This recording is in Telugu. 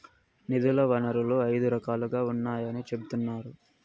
నిధుల వనరులు ఐదు రకాలుగా ఉన్నాయని చెబుతున్నారు